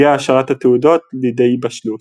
הגיעה השערת התעודות לכדי בשלות.